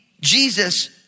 Jesus